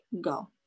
go